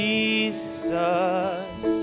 Jesus